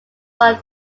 long